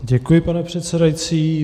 Děkuji, pane předsedající.